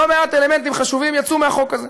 לא מעט אלמנטים חשובים יצאו מהחוק הזה.